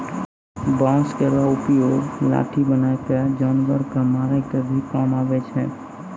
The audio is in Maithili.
बांस केरो उपयोग लाठी बनाय क जानवर कॅ मारै के भी काम आवै छै